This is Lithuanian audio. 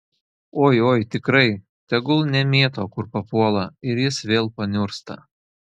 oi oi tikrai tegul nemėto kur papuola ir jis vėl paniursta